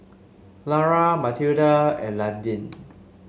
Lara Mathilda and Landin